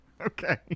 Okay